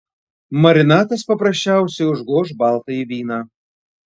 marinatas paprasčiausiai užgoš baltąjį vyną